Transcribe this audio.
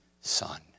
son